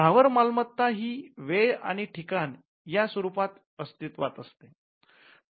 स्थावर मालमत्ता ही वेळ आणि ठीकाण या स्वरूपात अस्तित्त्वात असते